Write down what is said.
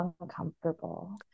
uncomfortable